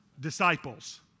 Disciples